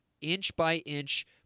inch-by-inch